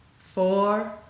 four